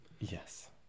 Yes